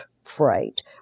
freight